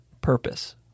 purpose